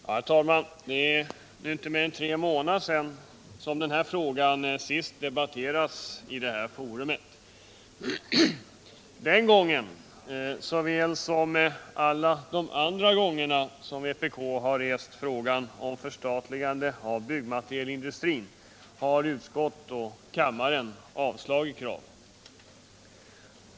Herr talman! Det är inte mer än tre månader sedan som den här frågan senast debatterades i detta forum. Den gången, liksom alla de andra gånger då vpk har rest frågan om förstatligande av byggmaterialindustrin. har utskottet avstyrkt och kammaren avslagit kraven.